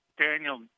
Daniel